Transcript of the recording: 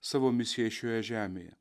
savo misijai šioje žemėje